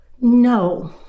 No